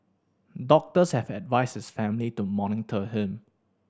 doctors have advised his family to monitor him